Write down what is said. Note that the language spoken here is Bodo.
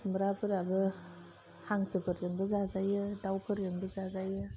खुमब्राफोराबो हांसोफोरजोंबो जाजायो दाउफोरजोंबो जाजायो